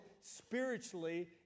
spiritually